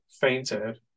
fainted